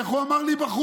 איך הוא אמר לי בחוץ?